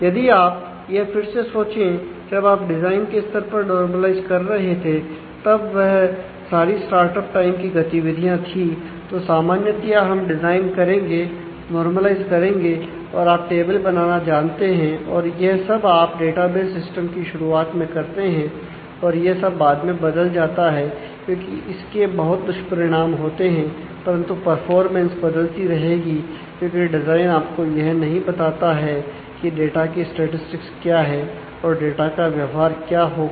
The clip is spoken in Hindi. यदि आप यह फिर से सोचे जब आप डिजाइन के स्तर पर नॉर्मलाइज कर रहे थे तब वह सारी स्टार्टअप टाइम क्या है और डेटा का व्यवहार क्या होगा तो यह डेटाबेस समय और उपयोग में आने के साथ बनेगा